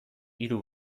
hiru